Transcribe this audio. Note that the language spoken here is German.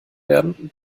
werden